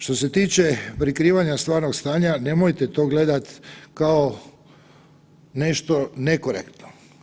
Što se tiče prikrivanja stvarnog stanja, nemojte to gledat kao nešto nekorektno.